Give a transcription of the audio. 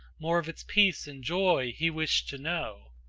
more of its peace and joy he wished to know.